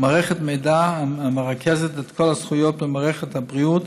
מערכת מידע המרכזת את כל הזכויות במערכת הבריאות